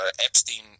Epstein